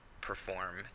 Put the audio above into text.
perform